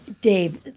Dave